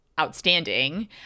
outstanding